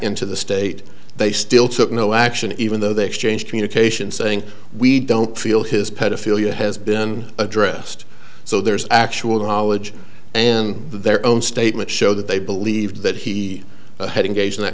into the state they still took no action even though they exchanged communications saying we don't feel his pedophilia has been addressed so there's actual knowledge and their own statement show that they believed that he had engaged in th